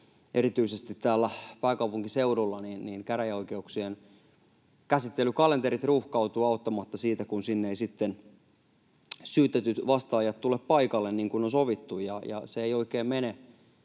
Erityisesti täällä pääkaupunkiseudulla käräjäoikeuksien käsittelykalenterit ruuhkautuvat auttamatta siitä, kun sinne eivät sitten syytetyt vastaajat tule paikalle niin kuin on sovittu. Se ei oikein mene